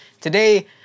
Today